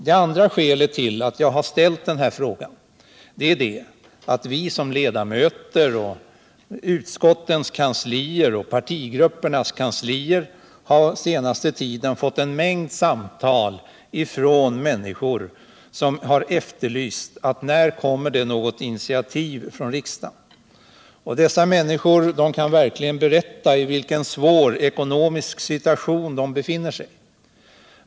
Det andra skälet till att jag ställt denna fråga är att vi riksdagsledamöter, utskottens kanslier och partigruppernas kanslier under den senaste tiden fått en mängd samtal från människor som frågat när det kommer något initiativ på detta område från riksdagen. Dessa människor kan berätta om i vilken verkligt svår situation de befinner sig.